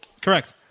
Correct